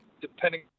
depending